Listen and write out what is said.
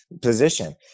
position